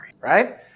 right